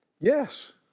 yes